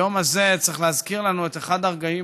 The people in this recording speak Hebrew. היום הזה צריך להזכיר לנו את אחד הרגעים